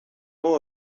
mou